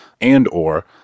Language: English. and/or